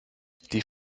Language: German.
die